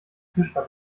tischler